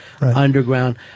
underground